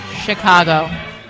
Chicago